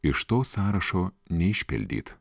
iš to sąrašo neišpildyt